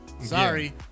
Sorry